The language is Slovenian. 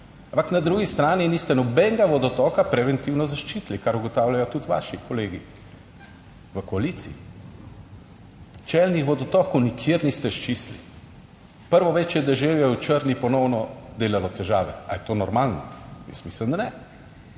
ampak na drugi strani niste nobenega vodotoka preventivno zaščitili, kar ugotavljajo tudi vaši kolegi v koaliciji. Čelnih vodotokov nikjer niste sčistili, prvo večje deževje v Črni je ponovno delalo težave - ali je to normalno? Jaz mislim, da ne.